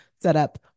setup